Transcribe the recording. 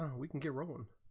um we can give wrong,